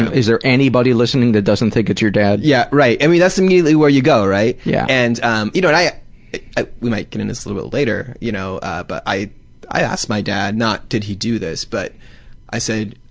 is there anybody listening that doesn't think it's your dad? yeah, right. i mean, that's immediately where you go, right? yeah and, um you know and i i we might get into this a little later, you know ah but i i asked my dad, not did he do this, but i said,